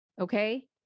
Okay